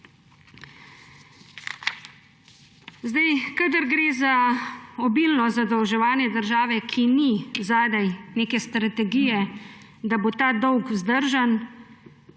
dobri. Kadar gre za obilno zadolževanje države, ki zadaj nima neke strategije, da bo ta dolg zdržan,